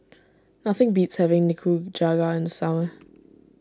nothing beats having Nikujaga in the summer